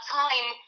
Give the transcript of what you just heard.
time